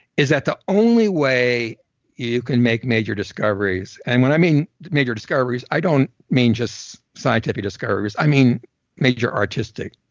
is that the only way you can make major discoveries. and when i mean major discoveries, i don't mean just scientific discoveries, i mean major artistic